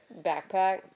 backpack